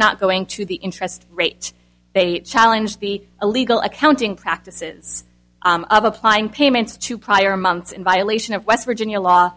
not going to the interest rate they challenge the illegal accounting practices of applying payments to prior months in violation of west virginia law